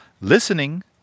Listening